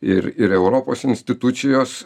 ir ir europos institucijos